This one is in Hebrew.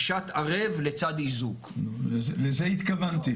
לזה התכוונתי.